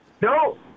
no